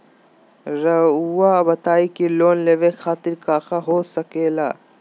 रउआ बताई की लोन लेवे खातिर काका हो सके ला?